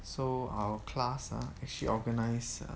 so our class ah actually organise err